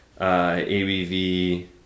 ABV